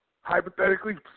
Hypothetically